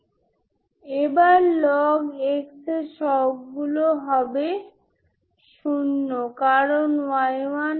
যদি n 1 আমার এখনওP 1 থাকে এটিও পলিনমিয়াল